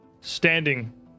standing